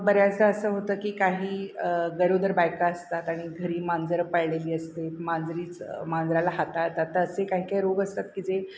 बऱ्याचदा असं होतं की काही गरोदर बायका असतात आणि घरी मांजरं पाळलेली असते मांजरीचं मांजराला हाताळता ता असे काय काय रोग असतात की जे